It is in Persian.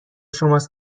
شماست